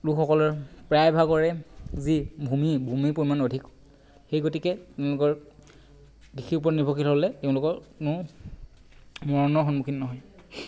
লোকসকলৰ প্ৰায়ভাগৰে যি ভূমি ভূমিৰ পৰিমাণ অধিক সেই গতিকে তেওঁলোকৰ কৃষিৰ ওপৰত নিৰ্ভৰশীল হ'লে তেওঁলোকৰ কোনো মৰণৰ সন্মুখীন নহয়